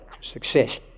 success